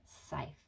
safe